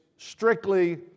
strictly